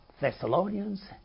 Thessalonians